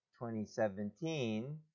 2017